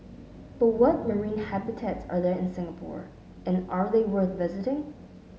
but what marine habitats are there in Singapore and are they worth visiting